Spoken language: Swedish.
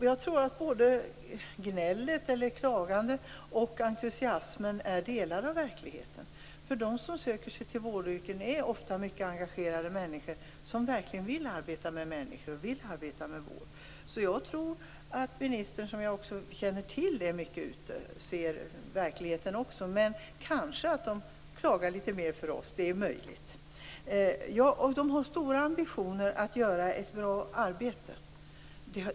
Fru talman! Jag tror att både klagandet och entusiasmen är delar av verkligheten. De som söker sig till vårdyrken är ofta mycket engagerade människor som verkligen vill arbeta med människor och vård. Jag tror att ministern, som jag känner till är mycket ute, ser också verkligheten men kanske klagar personalen litet mer för oss - det är möjligt. Man har stora ambitioner att göra ett bra arbete.